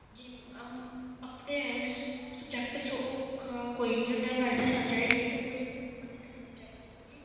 जे आखदे ऐ सब्जैक्ट औखा कोई निं होंदा ऐ गल्ल ते सच ऐ एह् दो इक बी मन्ने तन्ने सब्जैक्ट ऐ जबकि